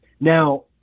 Now